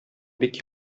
бик